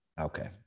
Okay